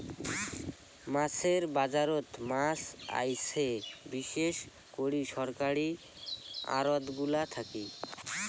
মাছের বাজারত মাছ আইসে বিশেষ করি সরকারী আড়তগুলা থাকি